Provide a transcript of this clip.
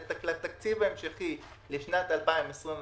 לתקציב ההמשכי לשנת 2021,